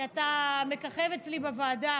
כי אתה מככב אצלי בוועדה,